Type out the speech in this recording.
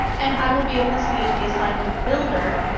and i will be able to see the assignment builder.